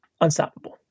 Unstoppable